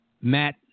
Matt